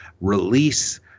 release